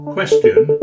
Question